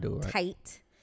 tight